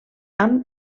amb